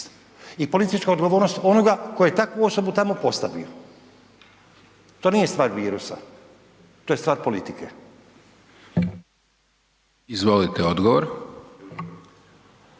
i politička odgovornost onoga koji je takvu osobu tamo postavio. To nije stvar virusa, to je stvar politike. **Hajdaš